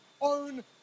own